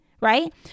right